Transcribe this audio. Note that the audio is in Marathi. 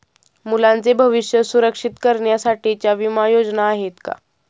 मुलांचे भविष्य सुरक्षित करण्यासाठीच्या विमा योजना आहेत का?